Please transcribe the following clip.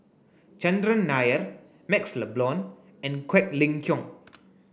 Chandran Nair MaxLe Blond and Quek Ling Kiong